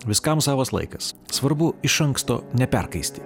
viskam savas laikas svarbu iš anksto neperkaisti